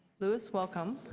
lewis, welcome.